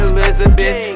Elizabeth